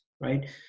right